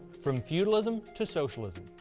from feudalism to socialism,